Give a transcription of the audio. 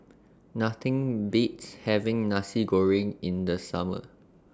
Nothing Beats having Nasi Goreng in The Summer